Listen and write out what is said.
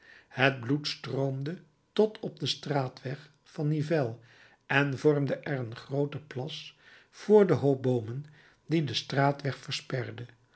het bloed stroomde tot op den straatweg van nivelles en vormde er een grooten plas vr den hoop boomen die den straatweg versperde